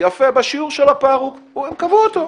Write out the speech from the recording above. יפה, בשיעור של הפער, הם קבעו אותו.